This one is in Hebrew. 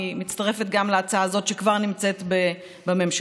והיא מצטרפת גם להצעה הזאת שכבר נמצאת בממשלה.